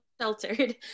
sheltered